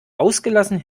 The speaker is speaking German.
ausgelassen